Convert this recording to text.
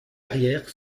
arrière